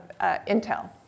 Intel